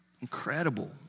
Incredible